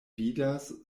vidas